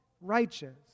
righteous